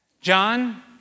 John